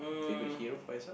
favourite hero for yourself